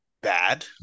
bad